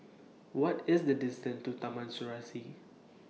What IS The distance to Taman Serasi